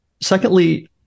secondly